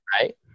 right